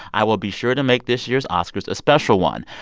i will be sure to make this year's oscars a special one.